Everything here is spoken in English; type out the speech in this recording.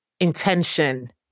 intention